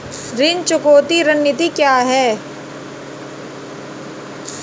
ऋण चुकौती रणनीति क्या है?